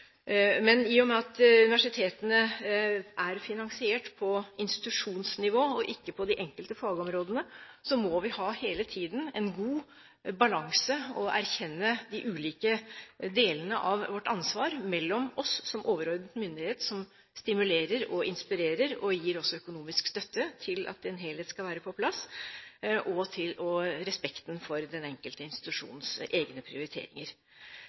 Men i og med at universitetene er finansiert på institusjonsnivå og ikke på de enkelte fagområdene, må vi hele tiden ha en god balanse, og erkjenne de ulike delene av vårt ansvar mellom oss som overordnet myndighet, som stimulerer og inspirerer og også gir økonomisk støtte til at en helhet skal være på plass, og respekten for den enkelte institusjons egne prioriteringer.